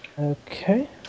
Okay